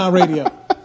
radio